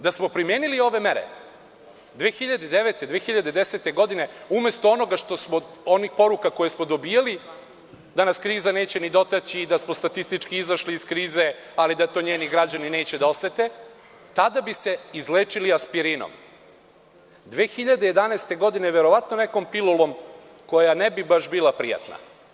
Da smo primenili ove mere 2009, 2010. godine, umesto onih poruka koje smo dobijali, da nas kriza neće ni dotaći i da smo statistički izašli iz krize, ali da to njeni građani neće da osete, tada bi se izlečili aspirinom, 2011. godine verovatno nekom pilulom, koja ne bi baš bila prijatna.